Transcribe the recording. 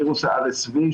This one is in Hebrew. וירוס ה-RSV,